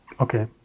Okay